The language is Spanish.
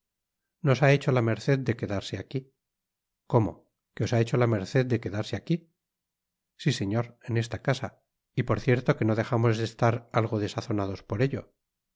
nos ha hecho la merced de quedarse aqui comot que os ha hecho la merced de quedarse aqui si señor en esta casa y por cierto que no dejamos de estar algo desazonados por ello